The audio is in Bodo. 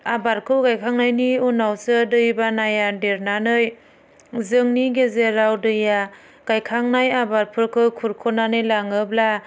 आबारखौ गायखांनायनि उनावसो दैबानाया देरनानै जोंनि गेजेराव दैया गायखांनाय आबादफोरखौ खुरख'नानै लाङोब्ला